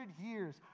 years